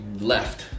Left